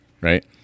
Right